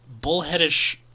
bullheadish